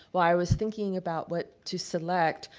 while i was thinking about what to select,